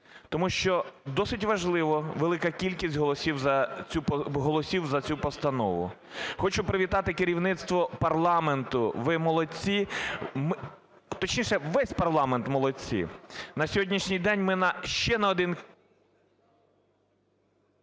тому що досить важлива велика кількість голосів за цю постанову. Хочу привітати керівництво парламенту: ви молодці… Точніше, весь парламент молодці! На сьогоднішній день ми ще на один…